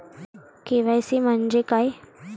KYC म्हंजे काय?